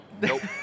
Nope